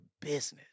business